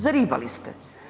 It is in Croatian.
Zaribali ste.